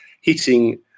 hitting